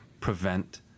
Prevent